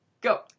Go